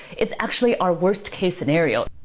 it's actually our worst-case scenario.